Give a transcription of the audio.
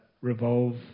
revolve